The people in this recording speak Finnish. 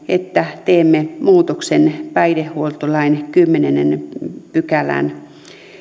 että teemme muutoksen päihdehuoltolain kymmenenteen pykälään